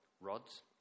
rods